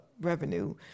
revenue